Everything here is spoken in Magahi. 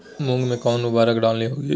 मूंग में कौन उर्वरक डालनी होगी?